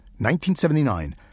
1979